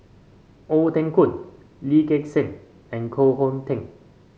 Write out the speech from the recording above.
Ong Teng Koon Lee Gek Seng and Koh Hong Teng